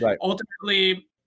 ultimately